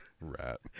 Rat